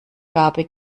gabe